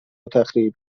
تخریب